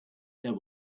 there